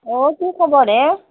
অঁ কি খবৰ হে